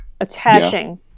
Attaching